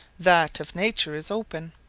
that of nature is open,